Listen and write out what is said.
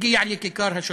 הגיע לכיכר השלום.